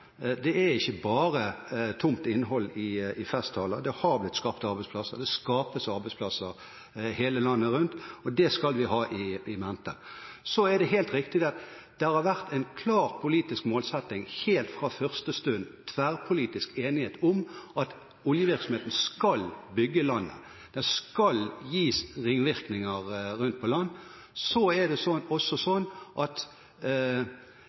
skapes arbeidsplasser landet rundt. Det skal vi ha in mente. Så er det helt riktig at det har vært en klar politisk målsetting helt fra første stund – og tverrpolitisk enighet om – at oljevirksomheten skal bygge landet. Den skal gi ringvirkninger rundt på land. Det er også sånn at det er ikke sikkert at